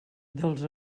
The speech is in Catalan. dels